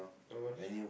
how much